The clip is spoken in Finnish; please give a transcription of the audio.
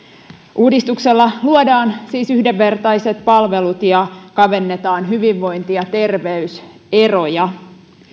uudistuksella luodaan siis yhdenvertaiset palvelut ja kavennetaan hyvinvointi ja terveyseroja